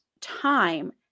time